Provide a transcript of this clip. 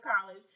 college